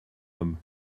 homme